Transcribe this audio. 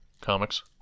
comics